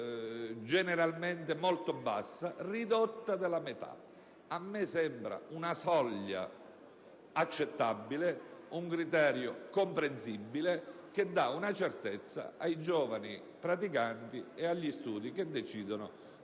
generalmente molto bassa) ridotto della metà. A me sembra una soglia accettabile, un criterio comprensibile, che dà certezza ai giovani praticanti e agli studi che decidono